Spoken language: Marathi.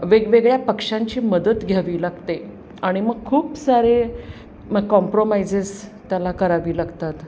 वेगवेगळ्या पक्षांची मदत घ्यावी लागते आणि मग खूप सारे मग कॉम्प्रोमाइेस त्याला करावी लागतात